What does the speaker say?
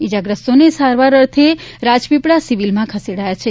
ઇજાગ્રસ્તોને સારવાર અર્થે રાજપીપળા સિવિલમાં ખસેડાયા છે